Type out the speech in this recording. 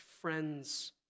friends